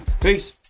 Peace